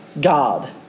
God